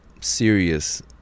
serious